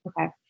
Okay